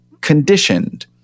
conditioned